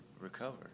recover